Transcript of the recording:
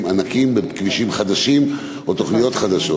ענקיים בכבישים חדשים או תוכניות חדשות.